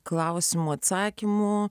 klausimo atsakymo